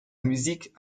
musique